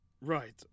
Right